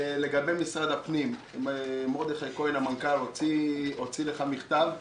לגבי משרד הפנים, מרדכי כהן המנכ"ל הוציא לך מכתב.